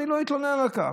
אני לא אתלונן על כך,